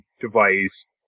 device